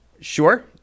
sure